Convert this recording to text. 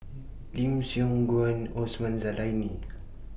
Lim Siong Guan Osman Zailani